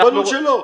בלול שלו.